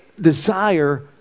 desire